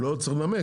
זה לא חוק רגיל,